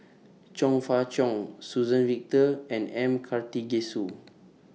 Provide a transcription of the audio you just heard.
Chong Fah Cheong Suzann Victor and M Karthigesu